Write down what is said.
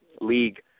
League